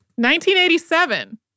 1987